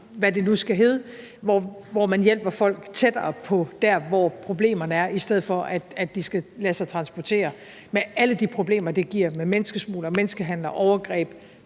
hvad det nu skal hedde, hvor man hjælper folk tættere på der, hvor problemerne er, i stedet for at de skal lade sig transportere med alle de problemer, det giver med menneskesmuglere, menneskehandlere, overgreb,